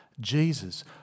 Jesus